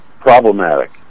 problematic